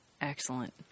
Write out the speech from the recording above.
Excellent